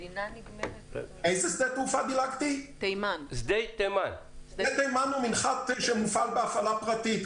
שדה תימן הוא מנחת שמופעל בהפעלה פרטית.